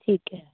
ਠੀਕ ਹੈ